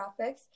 Graphics